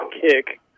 Kick